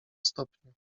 stopniu